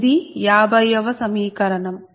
ఇది 50 వ సమీకరణం